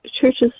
churches